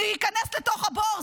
להיכנס לבור,